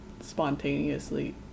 spontaneously